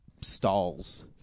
stalls